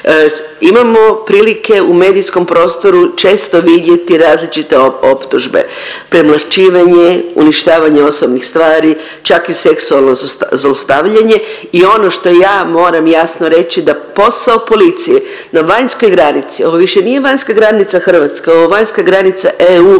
Imamo prilike u medijskom prostoru često vidjeti različite optužbe premlaćivanje, uništavanje osobnih stvari čak i seksualno zlostavljanje. I ono što ja jasno moram reći da posao policije na vanjskoj granici, ovo više nije vanjska granica Hrvatske ovo je vanjska granica EU